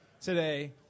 today